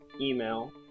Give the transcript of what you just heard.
email